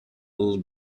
little